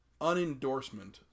unendorsement